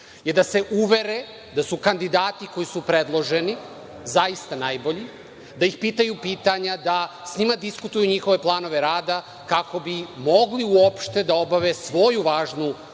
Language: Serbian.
je da se uvere da su kandidati koji su predloženi zaista najbolji, da ih pitaju pitanja, da s njima diskutuju njihove planove rada kako bi mogli uopšte da obave svoju važnu